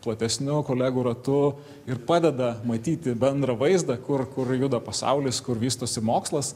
platesniu kolegų ratu ir padeda matyti bendrą vaizdą kur kur juda pasaulis kur vystosi mokslas